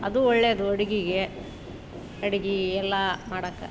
ಅದು ಒಳ್ಳೇದು ಅಡುಗೇಗೆ ಅಡುಗೆ ಎಲ್ಲ ಮಾಡೋಕೆ